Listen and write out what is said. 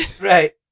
Right